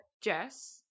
Jess